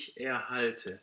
erhalte